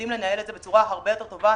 יודעים לנהל את זה בצורה הרבה יותר טובה,